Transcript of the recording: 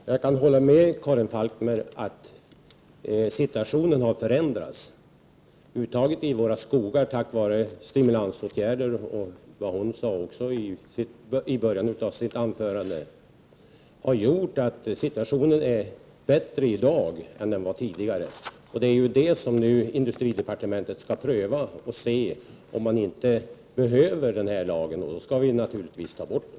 Herr talman! Jag kan hålla med Karin Falkmer om att situationen har förändrats. Uttaget i våra skogar tack vare vidtagna stimulansåtgärder och annat som Karin Falkmer tog upp i början av sitt anförande har gjort att situationen i dag är bättre än tidigare. Industridepartementet skall nu undersöka om träfiberlagen behövs. Om det visar sig att den inte behövs, så skall vi naturligtvis avskaffa den.